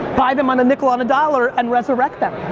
buy them on a nickel on the dollar, and resurrect them.